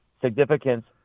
significance